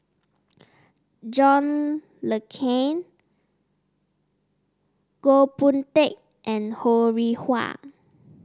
John Le Cain Goh Boon Teck and Ho Rih Hwa